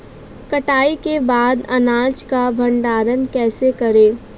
कटाई के बाद अनाज का भंडारण कैसे करें?